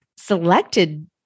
selected